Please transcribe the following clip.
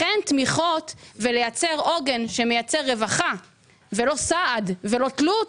לכן תמיכות ולייצר עוגן שמייצר רווחה ולא סעד ולא תלות,